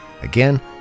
Again